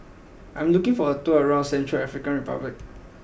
I am looking for a tour around Central African Republic